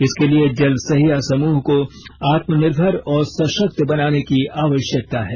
इसके लिए जल सहिया समूह को आत्मनिर्भर और सशक्त बनाने की आवश्यकता है